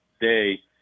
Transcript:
day